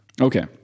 Okay